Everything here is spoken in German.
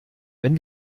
wenn